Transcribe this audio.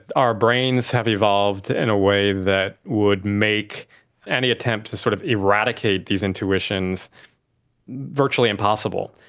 our brains have evolved in a way that would make any attempt to sort of eradicate these intuitions virtually impossible.